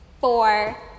four